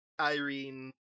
Irene